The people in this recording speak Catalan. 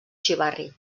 xivarri